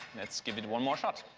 let's give it one more shot.